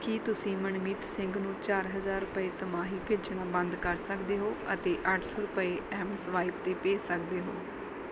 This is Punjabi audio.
ਕੀ ਤੁਸੀਂ ਮਨਮੀਤ ਸਿੰਘ ਨੂੰ ਚਾਰ ਹਜ਼ਾਰ ਰੁਪਏ ਤਿਮਾਹੀ ਭੇਜਣਾ ਬੰਦ ਕਰ ਸਕਦੇ ਹੋ ਅਤੇ ਅੱਠ ਸੌ ਰੁਪਏ ਐੱਮਸਵਾਇਪ 'ਤੇ ਭੇਜ ਸਕਦੇ ਹੋ